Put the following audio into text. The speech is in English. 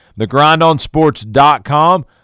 thegrindonsports.com